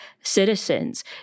citizens